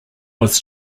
was